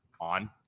on